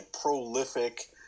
prolific